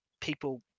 people